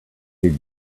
did